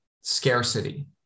scarcity